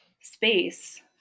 space